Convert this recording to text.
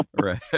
Right